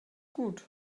gut